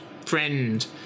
friend